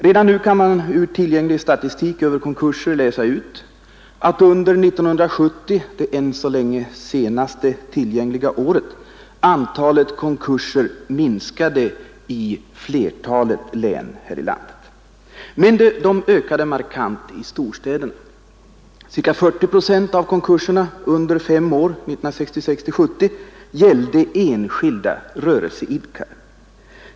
Redan nu kan man ur tillgänglig statistik över konkurser läsa ut att under 1970, som är det senaste året från vilket än så länge statistik finns tillgänglig, minskade antalet konkurser i flertalet län men ökade markant i storstäderna. Ca 40 procent av konkurserna under fem år, 1966-1970, gällde enskilda rörelseidkare.